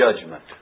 judgment